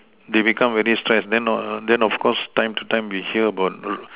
they become very stress then uh then of course time to time we hear about road